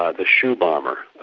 ah the shoe bomber.